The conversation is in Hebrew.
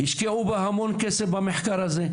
והשקיעו מיליונים במחקר הזה.